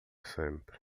sempre